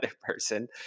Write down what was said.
person